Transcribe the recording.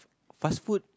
fast food